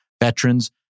veterans